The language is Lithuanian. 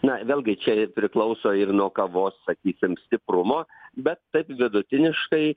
na vėlgi čia ir priklauso ir nuo kavos sakysim stiprumo bet taip vidutiniškai